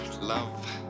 love